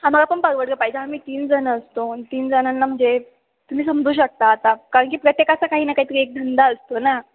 आम्हाला पण परवडलं पाहिजे आम्ही तीन जणं असतो ना तीन जणांना म्हणजे तुम्ही समजू शकता आता कारण की प्रत्येकाचं काही ना काही एक धंदा असतो ना